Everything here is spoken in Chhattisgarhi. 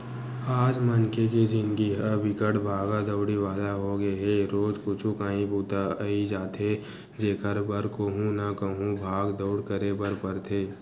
आज मनखे के जिनगी ह बिकट भागा दउड़ी वाला होगे हे रोजे कुछु काही बूता अई जाथे जेखर बर कहूँ न कहूँ भाग दउड़ करे बर परथे